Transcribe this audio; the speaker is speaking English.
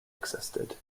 existed